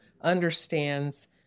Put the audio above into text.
understands